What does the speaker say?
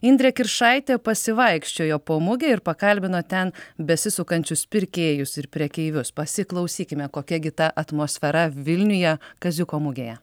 indrė kiršaitė pasivaikščiojo po mugę ir pakalbino ten besisukančius pirkėjus ir prekeivius pasiklausykime kokia gi ta atmosfera vilniuje kaziuko mugėje